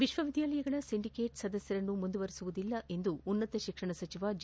ವಿಶ್ವವಿದ್ಯಾಲಯಗಳ ಸಿಂಡಿಕೇಟ್ ಸದಸ್ಕರನ್ನು ಮುಂದುವರಿಸುವುದಿಲ್ಲ ಎಂದು ಉನ್ನತ ಶಿಕ್ಷಣ ಸಚಿವ ಜಿ